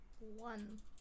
One